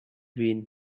been